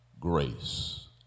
grace